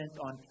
on